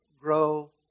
grow